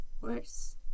worse